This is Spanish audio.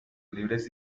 libres